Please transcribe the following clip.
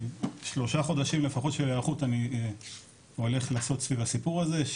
שלושה חודשים לפחות של היערכות אני הולך לעשות סביב הסיפור הזה,